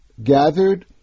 gathered